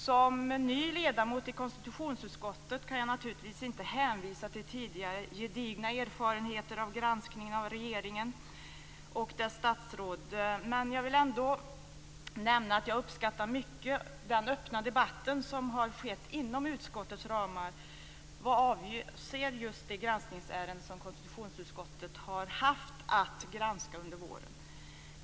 Som ny ledamot i konstitutionsutskottet kan jag naturligtvis inte hänvisa till tidigare gedigna erfarenheter av granskningen av regeringen och dess statsråd, men jag vill ändå nämna att jag uppskattar mycket den öppna debatt som har skett inom utskottets ramar vad avser just de granskningsärenden som konstitutionsutskottet har haft att granska under våren.